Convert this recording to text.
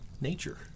nature